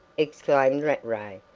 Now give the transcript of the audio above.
exclaimed rattray,